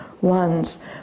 ones